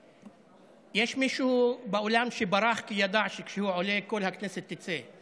יש מישהו באולם שברח כי הוא ידע שכשהוא עולה כל הכנסת תצא.